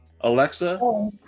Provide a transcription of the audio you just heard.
Alexa